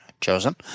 Chosen